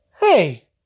Hey